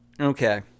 Okay